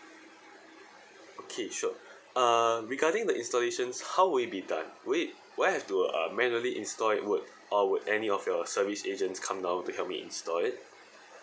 okay sure uh regarding the installations how would it be done would it would I have to uh manually install it work or would any of your service agent come down to help me install it